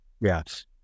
Yes